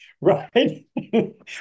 Right